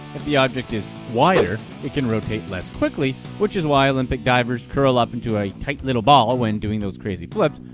if the object is wider, it can rotate less-quickly, which is why olympic divers curl up into a tight little ball when doing those crazy flips,